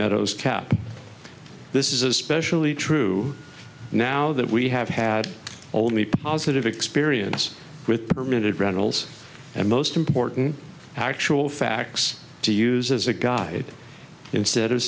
meadows cap this is especially true now that we have had only positive experience with permitted rentals and most important actual facts to use as a guide instead of